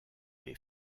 les